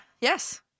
Yes